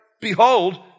Behold